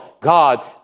God